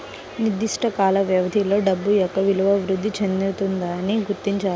నిర్దిష్ట కాల వ్యవధిలో డబ్బు యొక్క విలువ వృద్ధి చెందుతుందని గుర్తించాలి